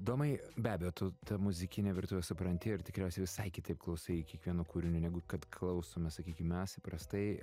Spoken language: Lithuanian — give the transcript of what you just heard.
domai be abejo tu tą muzikinę virtuvę supranti ir tikriausiai visai kitaip klausai kiekvieno kūrinio negu kad klausome sakykim mes įprastai